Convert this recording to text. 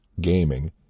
gaming